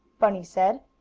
bunny said,